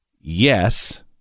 yes